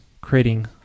creating